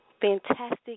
fantastic